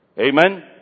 Amen